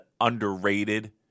underrated